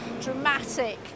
dramatic